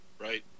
right